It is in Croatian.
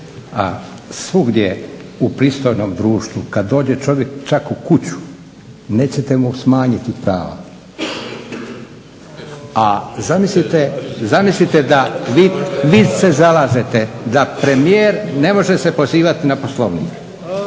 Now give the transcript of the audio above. svugdje u pristojnom društvu kada dođe čovjek čak u kuću, nećete mu smanjiti prava. A zamislite da vi se zalažete da premijer ne može se pozivati na Poslovnik.